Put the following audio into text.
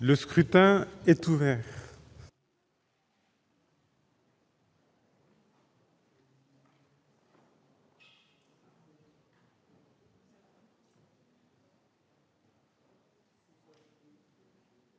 Le scrutin est ouvert.